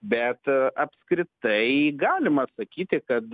bet apskritai galima sakyti kad